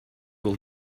will